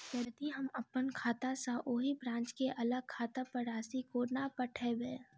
यदि हम अप्पन खाता सँ ओही ब्रांच केँ अलग खाता पर राशि कोना पठेबै?